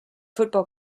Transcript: football